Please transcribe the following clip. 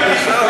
רק זה חסר לי.